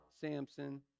Samson